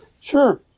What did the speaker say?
Sure